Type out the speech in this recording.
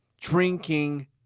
drinking